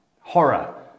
horror